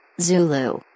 Zulu